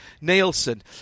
Nielsen